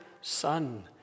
Son